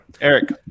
Eric